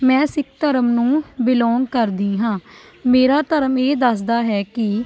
ਮੈਂ ਸਿੱਖ ਧਰਮ ਨੂੰ ਬਿਲੌਂਗ ਕਰਦੀ ਹਾਂ ਮੇਰਾ ਧਰਮ ਇਹ ਦੱਸਦਾ ਹੈ ਕਿ